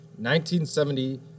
1970